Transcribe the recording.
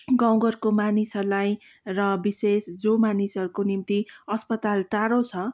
गाउँघरको मानिसहरूलाई र विशेष जो मानिसहरूको निम्ति अस्पताल टाडो छ